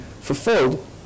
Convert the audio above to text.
fulfilled